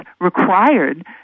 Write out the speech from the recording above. required